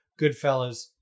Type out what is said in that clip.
Goodfellas